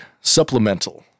Supplemental